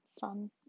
Fun